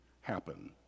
happen